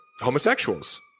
homosexuals